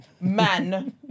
man